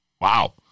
Wow